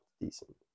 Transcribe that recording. Decent